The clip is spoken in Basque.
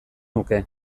nuke